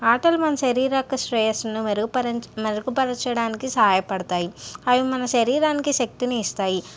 ఆటలు మన శారీరక శ్రేయస్సును మెరుగుపరన్ మెరుగుపరచడానికి సహాయపడతాయి అవి మన శరీరానికి శక్తిని ఇస్తాయి